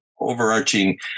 overarching